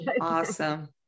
awesome